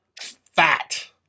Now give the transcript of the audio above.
fat